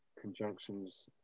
conjunctions